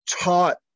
taught